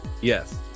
Yes